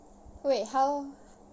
wait how